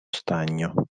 stagno